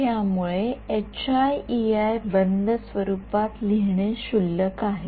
त्यामुळे बंद स्वरूपात लिहिणे क्षुल्लक आहे